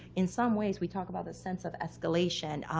in some ways, we talk about the sense of escalation.